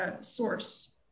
source